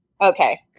Okay